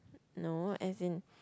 no as in